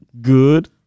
Good